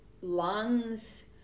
lungs